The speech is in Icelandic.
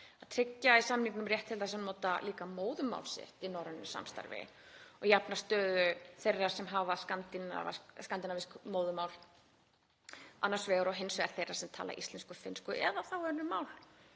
að tryggja í samningnum rétt til þess að nota móðurmál sitt í norrænu samstarfi og jafna stöðu þeirra sem hafa skandinavísk móðurmál annars vegar og hins vegar þeirra sem tala íslensku og finnsku eða önnur mál.